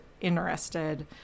interested